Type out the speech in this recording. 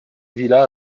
villa